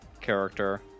character